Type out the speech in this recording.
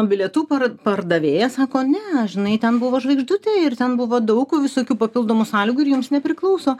bilietų par pardavėja sako ne žinai ten buvo žvaigždutė ir ten buvo daug visokių papildomų sąlygų ir jums nepriklauso